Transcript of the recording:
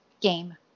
game